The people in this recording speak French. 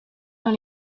dans